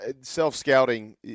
self-scouting